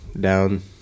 down